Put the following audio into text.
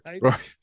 Right